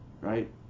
right